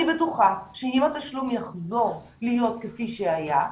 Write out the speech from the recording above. אני בטוחה שאם התשלום יחזור להיות כפי שהיה,